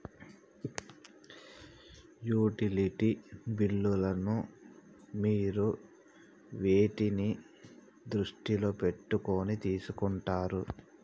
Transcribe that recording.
Utility బిల్లులను మీరు వేటిని దృష్టిలో పెట్టుకొని తీసుకుంటారు?